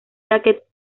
jacques